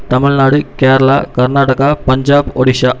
Tamil Nadu Kerala Karnataka Punjab Odisha